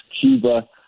Cuba